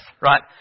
right